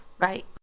right